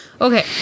okay